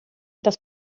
das